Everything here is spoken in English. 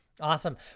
awesome